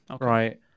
right